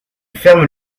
ferme